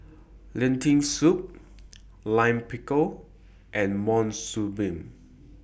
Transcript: Lentil Soup Lime Pickle and Monsunabe